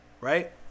right